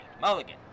Mulligan